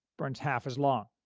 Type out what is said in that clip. burns half as long.